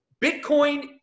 Bitcoin